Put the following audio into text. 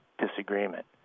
disagreement